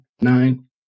nine